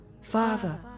Father